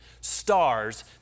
stars